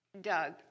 Doug